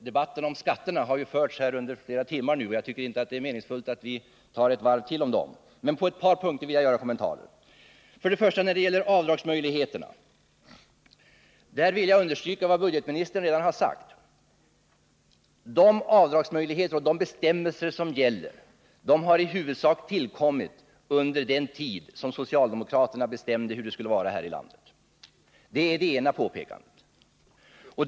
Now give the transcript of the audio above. Debatten om skatterna har nu förts i flera timmar, och jag tycker inte att det är meningsfullt att vi tar ett varv till om dem. Men på ett par punkter vill jag göra kommentarer. När det gäller avdragsmöjligheterna vill jag understryka vad budgetministern redan har sagt. De avdragsmöjligheter och de bestämmelser som gäller har tillkommit i huvudsak under den tid då socialdemokraterna bestämde hur det skulle vara här i landet. — Det är det ena påpekande jag vill göra.